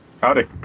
Howdy